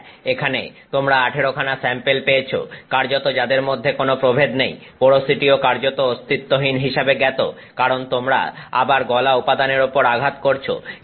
হ্যাঁ এখানে তোমরা 18 খানা স্যাম্পেল পেয়েছ কার্যত যাদের মধ্যে কোন প্রভেদ নেই পোরোসিটিও কার্যত অস্তিত্বহীন হিসাবে জ্ঞাত কারণ তোমরা আবার গলা উপাদানের উপর আঘাত করছো